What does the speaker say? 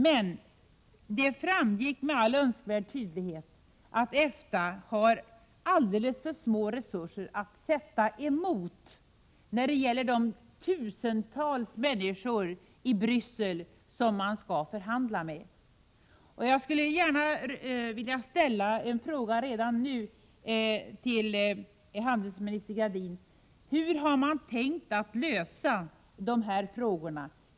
Det framgick nämligen med all EO: eiska integraönskvärd tydlighet att EFTA har alldeles för små resurser att sätta emot i Bonen förhandlingarna med tusentals människor i Bryssel. Jag skulle gärna redan nu vilja ställa en fråga till utrikeshandelsminister Gradin: Hur skall de här frågorna lösas?